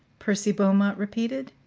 percy beaumont repeated.